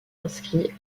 inscrits